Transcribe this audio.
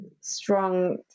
strong